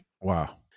Wow